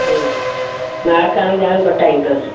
mark हाणे जामु घटि आई अथसि